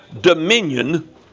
dominion